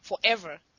forever